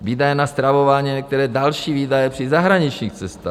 Výdaje na stravování a některé další výdaje při zahraničních cestách.